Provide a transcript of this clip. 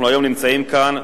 אנחנו היום נמצאים כאן,